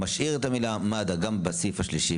משאיר את המילה "מד"א" גם בסעיף השלישי,